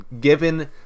given